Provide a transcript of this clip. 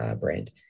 brand